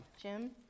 Jim